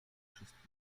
wszystkich